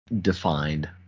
defined